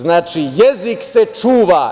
Znači, jezik se čuva.